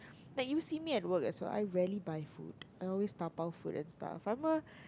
like you see me at work as well I rarely buy food I always dabao food and stuff I'm a